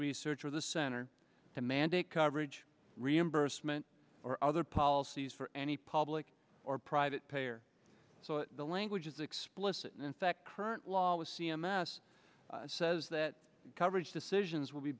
research or the center the mandate coverage reimbursement or other policies for any public or private payer so the language is explicit and that current law with c m s says that coverage decisions will be